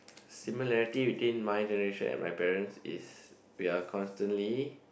similarity between my generation and my parents' is we're constantly